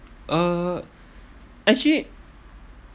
uh actually